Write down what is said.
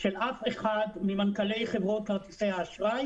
של אף אחד ממנכ"לי חברות כרטיסי האשראי